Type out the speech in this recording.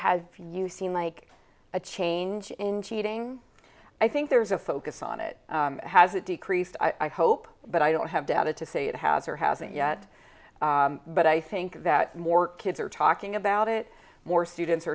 has you seem like a change in cheating i think there's a focus on it has it decreased i hope but i don't have data to say it has or hasn't yet but i think that more kids are talking about it more students